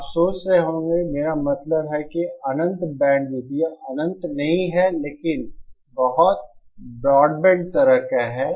आप सोच रहे होंगे मेरा मतलब है कि अनंत बैंडविड्थ यह अनंत नहीं है लेकिन बहुत ब्रॉडबैंड तरह का है